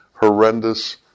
horrendous